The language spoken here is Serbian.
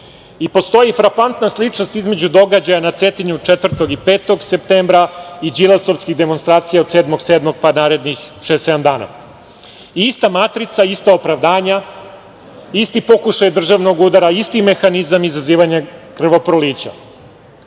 mora. Postoji frapantna sličnost između događaja na Cetinju 4. i 5. septembra i Đilasovskih demonstracija od 7. jula pa narednih šest-sedam dana. Ista matrica, ista opravdanja, isti pokušaj državnog udara, isti mehanizam izazivanja krvoprolića. Znamo